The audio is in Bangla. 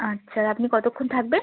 আচ্ছা আপনি কতোক্ষণ থাকবেন